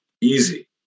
easy